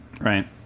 Right